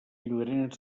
llorenç